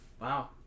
Wow